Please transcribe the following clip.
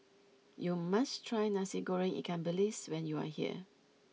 you must try Nasi Goreng Ikan Bilis when you are here